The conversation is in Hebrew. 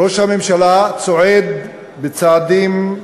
ראש הממשלה צועד בצעדים,